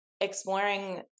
exploring